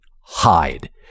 hide